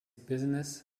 business